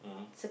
mmhmm